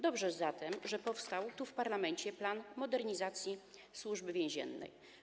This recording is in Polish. Dobrze zatem, że powstał tu, w parlamencie, plan modernizacji Służby Więziennej.